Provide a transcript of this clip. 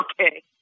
Okay